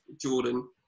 Jordan